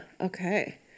okay